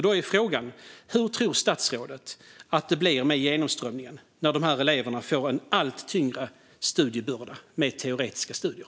Då är frågan: Hur tror statsrådet att det blir med genomströmningen när de här eleverna får en allt tyngre studiebörda med teoretiska studier?